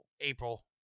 April